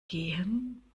gehen